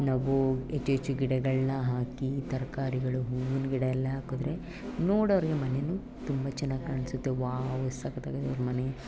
ನಾವು ಗೊ ಹೆಚ್ಚು ಹೆಚ್ಚು ಗಿಡಗಳನ್ನು ಹಾಕಿ ತರಕಾರಿಗಳು ಹೂವಿನ ಗಿಡ ಎಲ್ಲ ಹಾಕಿದ್ರೆ ನೋಡೋವ್ರಿಗೆ